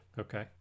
Okay